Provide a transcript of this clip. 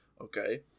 Okay